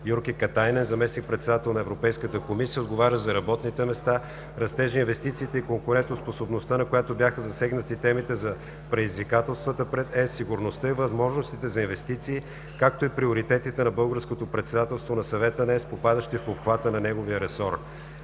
Юрки Катайнен – заместник-председател на Европейската комисия, отговарящ за работните места, растежа, инвестициите и конкурентоспособността, на която бяха засегнати темите за предизвикателствата пред ЕС, сигурността и възможностите за инвестиции, както и приоритетите на Българското председателство на Съвета на ЕС, попадащи в обхвата на неговия ресор.